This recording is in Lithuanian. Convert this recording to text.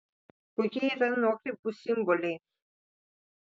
kokie yra nuokrypų simboliai